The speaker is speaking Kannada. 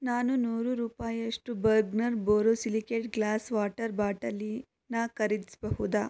ನಾನು ನೂರು ರೂಪಾಯಿಯಷ್ಟು ಬರ್ಗ್ನರ್ ಬೋರೋಸಿಲಿಕೇಟ್ ಗ್ಲಾಸ್ ವಾಟರ್ ಬಾಟಲಿನ ಖರೀದಿಸಬಹುದಾ